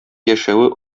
яшәве